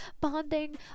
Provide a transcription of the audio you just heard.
bonding